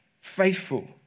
faithful